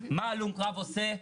מה הלום קרב עושה?